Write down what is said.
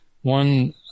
One